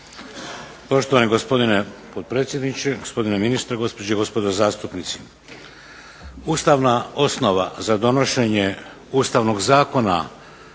Poštovani gospodine potpredsjedniče, gospodine ministre, gospođe i gospodo zastupnici. Ustavna osnova za donošenje Ustavnog zakona